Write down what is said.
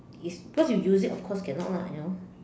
it's because if you use it of course cannot lah you know